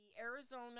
Arizona